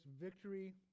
victory